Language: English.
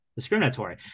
discriminatory